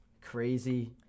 crazy